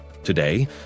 Today